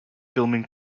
filming